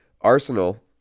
Arsenal